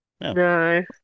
No